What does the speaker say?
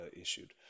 issued